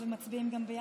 ומצביעים ביחד?